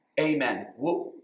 Amen